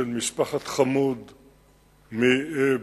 משפחת חמוד מבית-ג'ן.